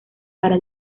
para